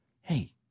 Hey